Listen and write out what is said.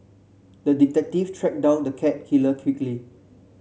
the detective tracked down the cat killer quickly